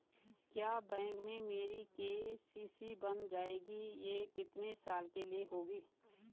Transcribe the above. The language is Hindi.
क्या बैंक में मेरी के.सी.सी बन जाएगी ये कितने साल के लिए होगी?